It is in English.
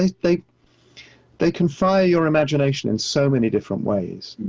they they can fire your imagination in so many different ways.